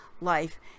life